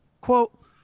quote